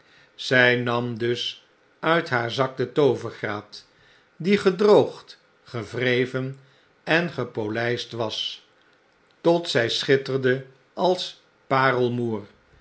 zy nam dus uit haar zak de toovergraat die gedroogd gewreven en gepolpt was tot zg schitterde als parelmoer